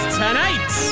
tonight